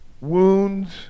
wounds